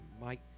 mike